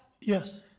Yes